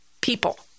people